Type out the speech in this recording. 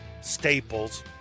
staples